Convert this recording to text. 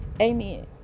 amen